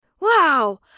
Wow